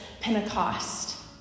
Pentecost